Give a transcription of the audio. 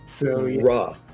Raw